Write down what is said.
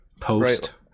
post